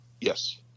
yes